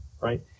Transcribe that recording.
right